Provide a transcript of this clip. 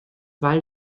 weil